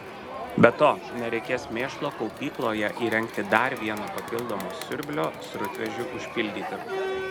be to nereikės mėšlo kaupykloje įrengti dar vieno papildomo siurblio srutvežiui užpildyti